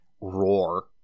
roar